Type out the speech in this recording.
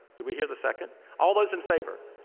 do we hear the second? all those in favor?